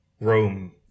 Rome